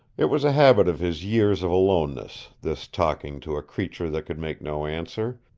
it was a habit of his years of aloneness, this talking to a creature that could make no answer.